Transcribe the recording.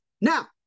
Now